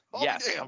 yes